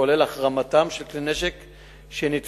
כולל החרמתם של כלי נשק שנתפסו,